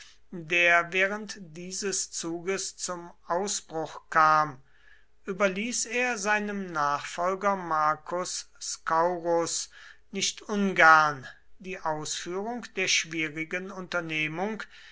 der während dieses zuges zum ausbruch kam überließ er seinem nachfolger marcus scaurus nicht ungern die ausführung der schwierigen unternehmung